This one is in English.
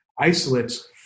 isolates